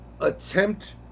attempt